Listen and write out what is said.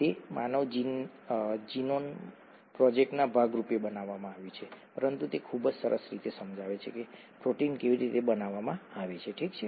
તે માનવ જીનોમ પ્રોજેક્ટના ભાગ રૂપે બનાવવામાં આવ્યું હતું પરંતુ તે ખૂબ સરસ રીતે સમજાવે છે કે પ્રોટીન કેવી રીતે બનાવવામાં આવે છે ઠીક છે